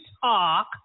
talk